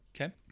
Okay